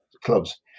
clubs